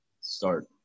start